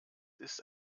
ist